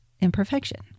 imperfection